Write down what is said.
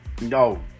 No